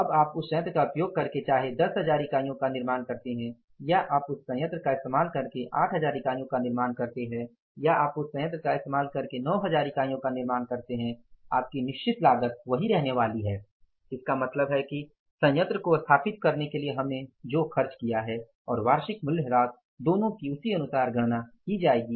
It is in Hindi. अब आप उस संयंत्र का उपयोग करके चाहे १० हजार इकाइयों का निर्माण करते हैं या आप उस संयंत्र का उपयोग करके ८ हजार इकाइयों का निर्माण करते हैं या आप उस संयंत्र का उपयोग करके ९ हजार इकाइयों का निर्माण करते हैं आपकी निश्चित लागत वही रहने वाली है इसका मतलब है कि संयंत्र को स्थापित करने के लिए हमने जो खर्च किया है और वार्षिक मूल्यह्रास दोनों की उसी अनुसार गणना की जाएगी